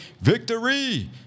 Victory